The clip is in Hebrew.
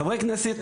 חברי הכנסת,